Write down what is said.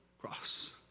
cross